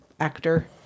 Actor